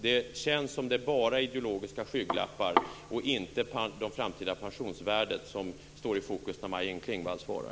Det känns som om det bara är ideologiska skygglappar och inte det framtida pensionsvärdet som står i fokus när Maj-Inger Klingvall svarar.